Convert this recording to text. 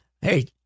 Hey